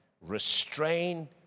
restrain